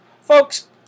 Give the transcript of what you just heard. Folks